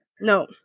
no